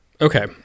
Okay